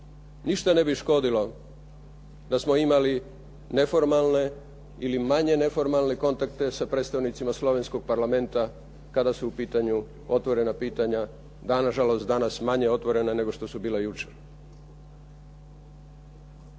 Ništa ne bi škodilo da smo imali neformalne ili manje neformalne kontakte sa predstavnicima slovenskog Parlamenta kada su u pitanju otvorena pitanja, na žalost danas manje otvorena nego što su bila jučer.